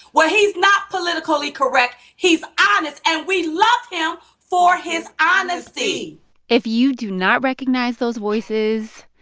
well, he's not politically correct. he's honest, and we love him for his honesty if you do not recognize those voices,